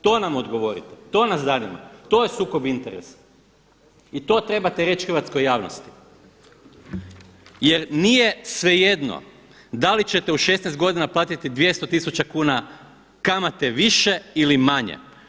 To nam odgovorite, to nas zanima, to je sukob interesa i to trebate reći hrvatskoj javnosti jer nije svejedno da li ćete u 16 godina platiti 200 tisuća kuna kamate više ili manje.